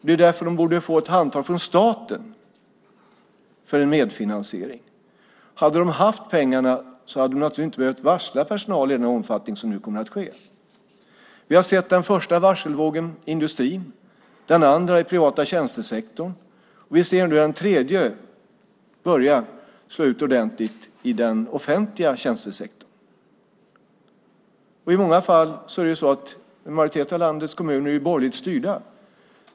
Det är därför de borde få ett handtag från staten för en medfinansiering. Hade de haft pengar hade de inte behövt varsla personal i den omfattning som nu kommer att ske. Den första varselvågen var i industrin. Den andra var i den privata tjänstesektorn. Nu börjar den tredje synas ordentligt i den offentliga tjänstesektorn. En majoritet av landets kommuner är borgerligt styrda.